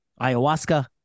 Ayahuasca